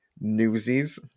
newsies